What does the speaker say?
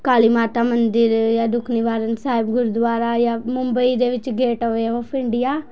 ਕਾਲੀ ਮਾਤਾ ਮੰਦਰ ਜਾਂ ਦੁੱਖ ਨਿਵਾਰਨ ਸਾਹਿਬ ਗੁਰਦੁਆਰਾ ਜਾਂ ਮੁੰਬਈ ਵਿੱਚ ਗੇਟਵੇ ਔਫ ਇੰਡੀਆ